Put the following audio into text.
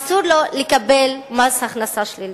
אסור לו לקבל מס הכנסה שלילי.